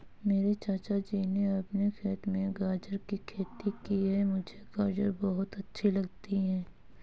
मेरे चाचा जी ने अपने खेत में गाजर की खेती की है मुझे गाजर बहुत अच्छी लगती है